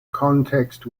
context